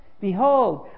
Behold